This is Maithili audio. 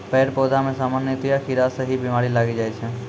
पेड़ पौधा मॅ सामान्यतया कीड़ा स ही बीमारी लागी जाय छै